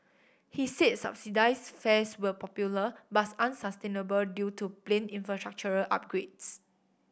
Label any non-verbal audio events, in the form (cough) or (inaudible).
he said subsidised fares were popular but (unintelligible) unsustainable due to planned infrastructural upgrades